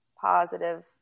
positive